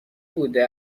بوده